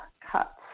cuts